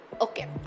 Okay